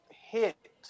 hit